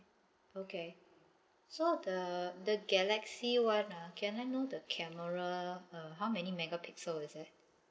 okay so the the galaxy [one] ah can I know the camera uh how many megapixel is it